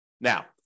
Now